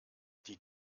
die